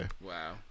Wow